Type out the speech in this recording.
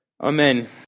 Amen